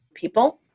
people